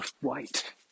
white